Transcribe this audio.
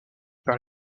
par